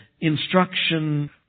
instruction